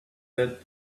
that